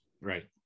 Right